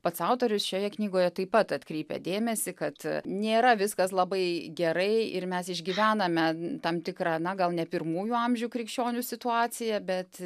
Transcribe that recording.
pats autorius šioje knygoje taip pat atkreipia dėmesį kad nėra viskas labai gerai ir mes išgyvename tam tikrą na gal ne pirmųjų amžių krikščionių situaciją bet